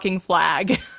flag